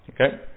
Okay